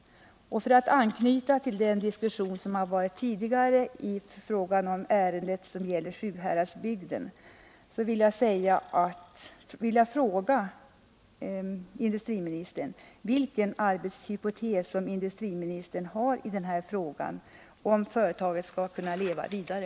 För att anknyta till den diskussion som tidigare i dag ägt rum angående Sjuhäradsbygden vill jag fråga industriministern: Vilken arbetshypotes har industriministern i den här frågan för att företaget skall kunna leva vidare?